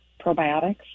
probiotics